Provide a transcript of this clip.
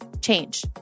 change